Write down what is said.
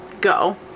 go